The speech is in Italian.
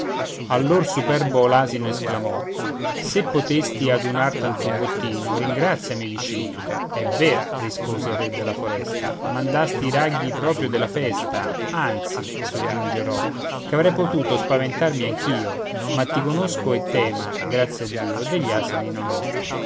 allor superbo l'asino esclamò se potesti adunar tanto bottino ringraziami vicino è ver rispose il re della foresta mandasti ragghi proprio della festa anzi soggiungerò che avrei potuto spaventarmi anch'io ma ti conosco e tema grazie a dio degli asini non ho